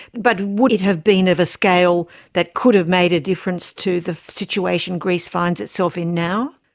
but would it have been of a scale that could have made a difference to the situation greece finds itself in now?